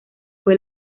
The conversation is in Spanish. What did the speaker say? fue